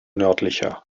nördlicher